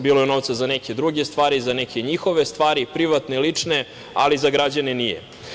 Bilo je novca za neke druge stvari, za neke njihove stvari privatne i lične, ali za građane nije.